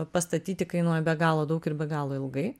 pastatyti kainuoja be galo daug ir be galo ilgai